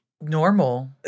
Normal